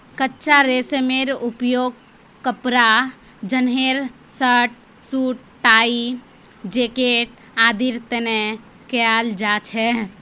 कच्चा रेशमेर उपयोग कपड़ा जंनहे शर्ट, सूट, टाई, जैकेट आदिर तने कियाल जा छे